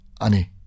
ani